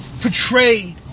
portray